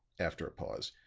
after a pause,